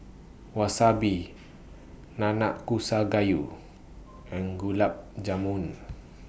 Wasabi Nanakusa Gayu and Gulab Jamun